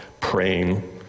praying